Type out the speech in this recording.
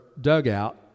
dugout